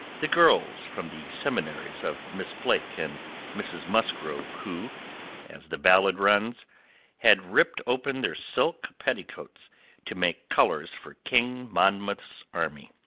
the girls from the seminaries of miss blake and mrs. musgrove, who as the ballad runs had ripped open their silk petticoats to make colours for king monmouth's army.